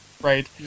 Right